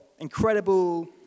incredible